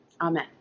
Amen